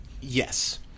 Yes